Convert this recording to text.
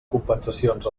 compensacions